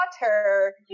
water